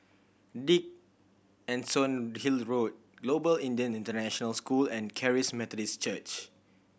Dickenson Hill Road Global Indian International School and Charis Methodist Church